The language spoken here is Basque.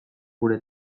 gure